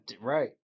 right